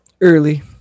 Early